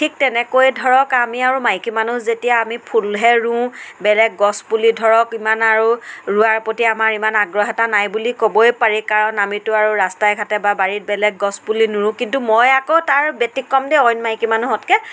ঠিক তেনেকৈ ধৰক আমি আৰু মাইকী মানুহ যেতিয়া আমি ফুলহে ৰুওঁ বেলেগ গছ পুলি ধৰক ইমান আৰু ৰুৱাৰ প্ৰতি আমাৰ ইমান আগ্ৰহ এটা নাই বুলি ক'বই পাৰি কাৰণ আমিতো আৰু ৰাস্তাই ঘাটে বা বাৰীত বেলেগ গছ পুলি নুৰোঁ কিন্তু মই আকৌ তাৰ ব্যতিক্ৰম দেই আন মাইকী মানুহতকৈ